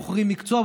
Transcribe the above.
בוחרים מקצוע,